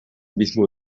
mismo